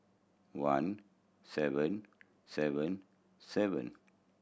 one seven seven seven